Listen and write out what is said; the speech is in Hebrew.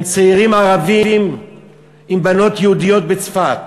צעירים ערבים עם בנות יהודיות בצפת.